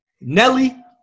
Nelly